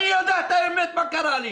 אני יודע את האמת מה קרה לי,